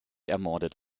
ermordet